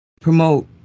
promote